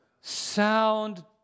Sound